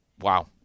Wow